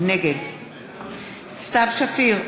נגד סתיו שפיר,